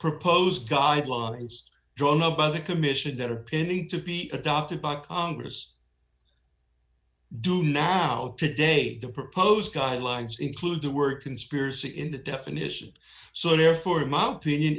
proposed guidelines drawn up by the commission that are pending to be adopted by congress do now today the proposed guidelines include the word conspiracy in the definition so therefore i